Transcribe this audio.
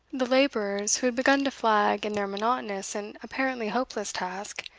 the labourers, who had begun to flag in their monotonous and apparently hopeless task,